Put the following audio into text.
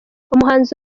umuhanzi